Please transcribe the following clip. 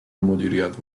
مدیریت